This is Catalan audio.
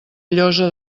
llosa